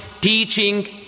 teaching